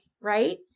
Right